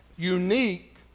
unique